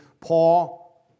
Paul